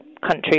country